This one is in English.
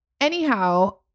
anyhow